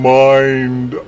mind